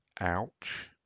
Ouch